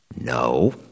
No